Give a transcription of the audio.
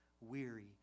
weary